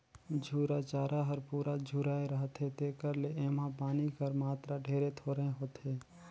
झूरा चारा हर पूरा झुराए रहथे तेकर ले एम्हां पानी कर मातरा ढेरे थोरहें होथे